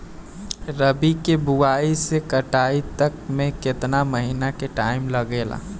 रबी के बोआइ से कटाई तक मे केतना महिना के टाइम लागेला?